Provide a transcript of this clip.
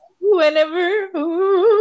whenever